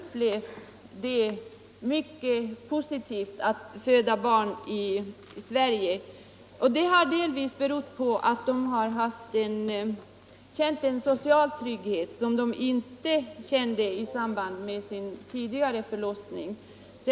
Det har delvis berott på att de här i landet känt en social trygghet som de inte kände i samband med den tidigare förlossningen.